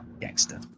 gangster